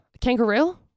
Kangaroo